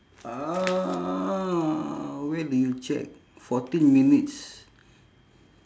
uh where do you check fourteen minutes